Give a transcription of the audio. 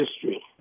history